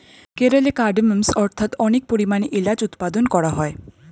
কেরলে কার্ডমমস্ অর্থাৎ অনেক পরিমাণে এলাচ উৎপাদন করা হয়